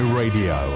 radio